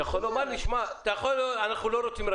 אתה יכול לומר לי שאתם לא רוצים,